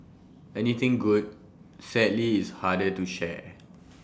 anything good sadly is harder to share